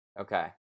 Okay